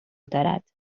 دارد